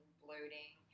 bloating